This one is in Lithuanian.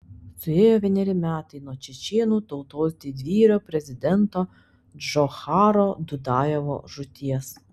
suėjo vieneri metai nuo čečėnų tautos didvyrio prezidento džocharo dudajevo žūties